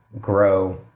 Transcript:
grow